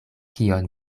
kion